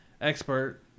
expert